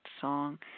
song